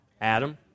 Adam